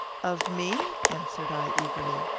of me? answered i, eagerly.